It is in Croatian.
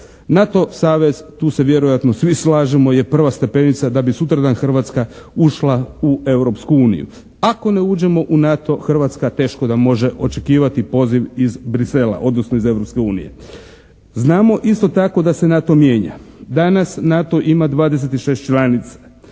NATO savez tu se vjerojatno svi slažemo je prva stepenica da bi sutradan Hrvatska ušla u Europsku uniju. Ako ne uđemo u NATO Hrvatska teško da može očekivati poziv iz Bruxellesa, odnosno iz Europske unije. Znamo isto tako da se NATO mijenja. Danas NATO ima 26 članica.